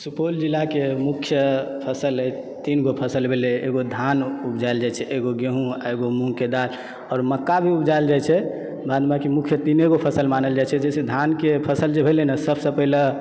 सुपौल जिलाके मुख्य फसल अछि तीनगो फसल भेलय एगो धान उपजायल जाइत छै एगो गेहूँ एगो मूँगके दाल आओर मक्का भी उपजायल जाइत छै बाद बाकी मुख्य तीने गो फसल मानल जाइत छै जे छै से धानके फसल भेलय नऽ सभसँ पहिले